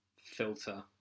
filter